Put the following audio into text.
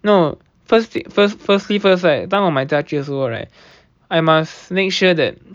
no first first firstly first right 当我买家具的时候 right I must make sure that